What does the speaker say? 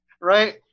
right